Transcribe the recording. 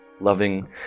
loving